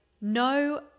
no